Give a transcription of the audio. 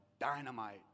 dynamite